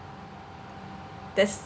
that's